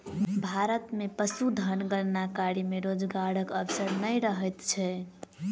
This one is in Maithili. भारत मे पशुधन गणना कार्य मे रोजगारक अवसर नै रहैत छै